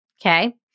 okay